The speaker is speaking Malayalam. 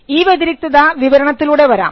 ഈ വ്യതിരിക്തത വിവരണത്തിലൂടെ വരാം